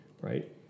right